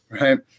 right